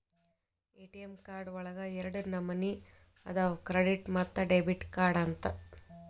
ATM card ಒಳಗ ಎರಡ ನಮನಿ ಅದಾವ ಕ್ರೆಡಿಟ್ ಮತ್ತ ಡೆಬಿಟ್ ಕಾರ್ಡ್ ಅಂತ